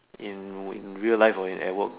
in win real life or at work